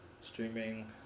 streaming